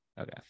okay